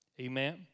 Amen